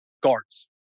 guards